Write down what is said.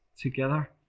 together